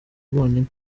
bonyine